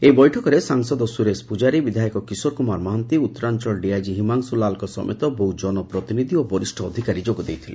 ଏହି ବୈଠକରେ ସାଂସଦ ସୁରେଶ ପୂଜାରୀ ବିଧାୟକ କିଶୋର କୁମାର ମହାନ୍ତି ଉତ୍ତରାଅଳ ଡିଆଇଜି ହିମାଂସ୍ ଲାଲଙ୍କ ସମେତ ବହୁ ଜନପ୍ରତିନିଧି ଓ ବରିଷ ଅଧିକାରୀ ଯୋଗ ଦେଇଥିଲେ